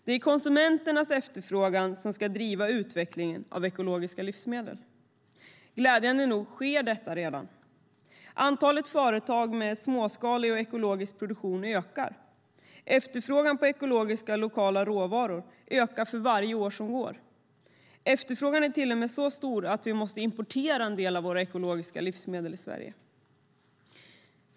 Det är konsumenternas efterfrågan som ska driva utvecklingen av ekologiska livsmedel. Glädjande nog sker detta redan. Antalet företag med småskalig och ekologisk produktion ökar. Efterfrågan på ekologiska, lokala råvaror ökar för varje år som går. Efterfrågan är till och med så stor att vi måste importera en del av våra ekologiska livsmedel i Sverige.